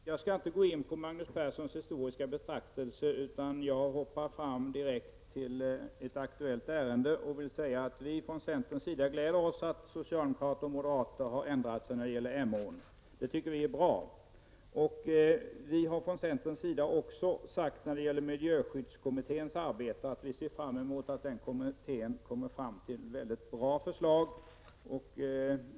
Herr talman! Ett par korta synpunkter. Jag skall inte gå in på Magnus Perssons historiska betraktelse utan hoppar fram direkt till ett aktuellt ärende och vill säga att vi i centern gläder oss åt att socialdemokrater och moderater har ändrat sig när det gäller Emån. Det tycker vi är bra. Vi har från centerns sida också sagt att vi ser fram emot att miljöskyddskommittén blir färdig med sitt arbete.